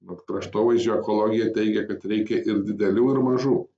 vat kraštovaizdžio ekologija teigia kad reikia ir didelių ir mažų